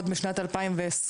עוד משנת 2020,